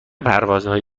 پروازهایی